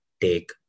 take